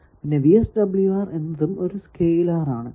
പിന്നെ VSWR എന്നതും ഒരു സ്കേലാർ ആണ്